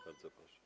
Bardzo proszę.